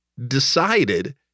decided